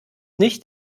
nicht